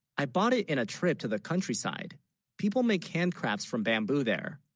i bought it in a trip to the countryside people make hand crafts from bamboo there